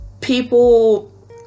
people